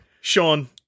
Sean